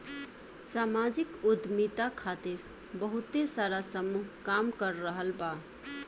सामाजिक उद्यमिता खातिर बहुते सारा समूह काम कर रहल बा